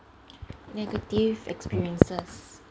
negative experiences